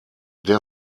der